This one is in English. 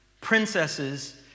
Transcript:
princesses